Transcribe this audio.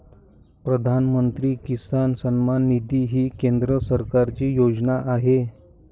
प्रधानमंत्री किसान सन्मान निधी ही केंद्र सरकारची योजना आहे